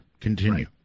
Continue